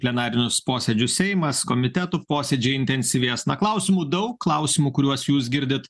plenarinius posėdžius seimas komitetų posėdžiai intensyvės na klausimų daug klausimų kuriuos jūs girdit